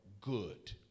good